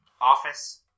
office